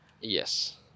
yes